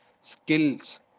skills